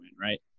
right